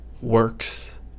works